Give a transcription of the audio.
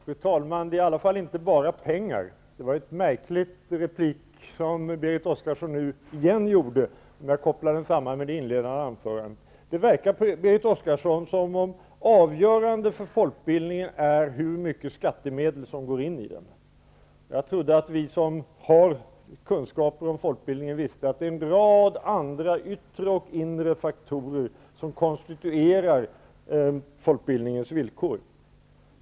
Fru talman! Det gäller i alla fall inte bara pengar. Det var återigen ett märkligt inlägg från Berit Oscarsson. Det verkar på Berit Oscarsson som om det avgörande för folkbildningen är hur mycket skattemedel som går in i den. Jag trodde att vi som har kunskaper om folkbildningen visste att det är en rad andra yttre och inre faktorer som konstituerar folkbildningens villkor.